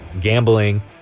gambling